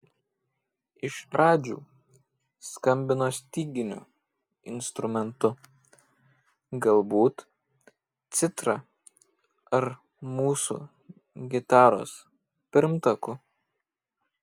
iš pradžių skambino styginiu instrumentu galbūt citra ar mūsų gitaros pirmtaku